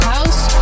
House